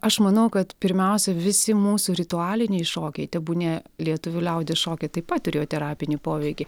aš manau kad pirmiausia visi mūsų ritualiniai šokiai tebūnie lietuvių liaudies šokiai taip pat turėjo terapinį poveikį